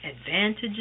advantages